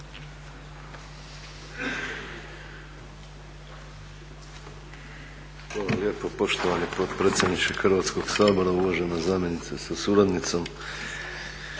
Hvala lijepo poštovani potpredsjedniče Hrvatskog sabora. Uvažena zamjenice sa suradnicom.